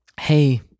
hey